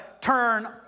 turn